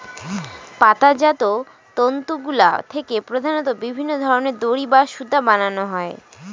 পাতাজাত তন্তুগুলা থেকে প্রধানত বিভিন্ন ধরনের দড়ি বা সুতা বানানো হয়